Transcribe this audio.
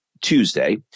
Tuesday